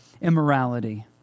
immorality